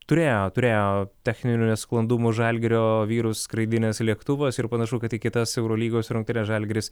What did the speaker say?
turėjo turėjo techninių nesklandumų žalgirio vyrus skraidinęs lėktuvas ir panašu kad į kitas eurolygos rungtynes žalgiris